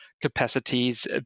capacities